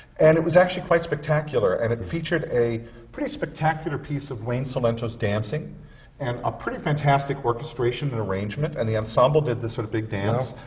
and it was actually quite spectacular. and it featured a pretty spectacular piece of wayne cilento's dancing and a pretty fantastic orchestration and arrangement, and the ensemble did this sort of big dance.